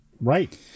Right